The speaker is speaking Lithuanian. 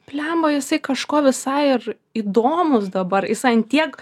bliamba jisai kažko visai ir įdomus dabar jis ant tiek